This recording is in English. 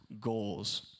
Goals